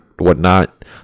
whatnot